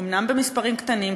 אומנם במספרים קטנים,